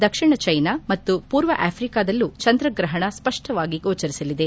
ದಕ್ಷಿಣ China ಮತ್ತು ಪೂರ್ವ ಅಫ್ರಿಕಾದಲ್ಲೂ ಚಂದ್ರಗ್ರಹಣ ಸ್ಪಷ್ಟವಾಗಿ ಗೋಚರಿಸಲಿದೆ